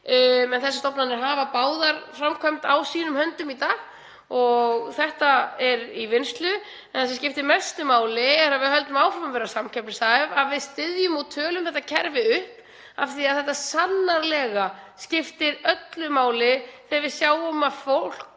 en þessar stofnanir hafa báðar framkvæmd á sínum höndum í dag, og er það í vinnslu. En það sem skiptir mestu máli er að við höldum áfram að vera samkeppnishæf, að við styðjum og tölum þetta kerfi upp af því að þetta skiptir sannarlega öllu máli þegar við sjáum að fólk